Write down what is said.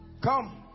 come